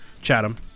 Chatham